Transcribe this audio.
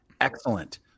excellent